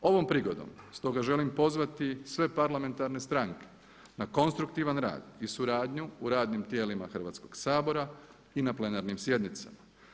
Ovom prigodom stoga želim pozvati sve parlamentarne stranke na konstruktivan rad i suradnju u radnim tijelima Hrvatskog sabora i na plenarnim sjednicama.